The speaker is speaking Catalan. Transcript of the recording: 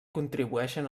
contribueixen